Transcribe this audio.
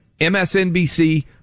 MSNBC